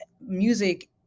music